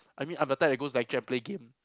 I mean I'm the type that goes lecture play game